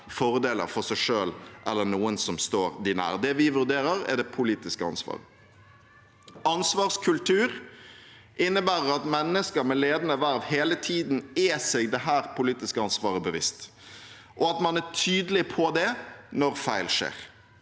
fordeler for seg selv eller noen som står dem nær. Det vi vurderer, er det politiske ansvaret. Ansvarskultur innebærer at mennesker med ledende verv hele tiden er seg dette politiske ansvaret bevisst, og at man er tydelig på det når feil skjer.